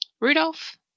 Rudolph